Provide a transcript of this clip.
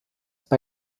bei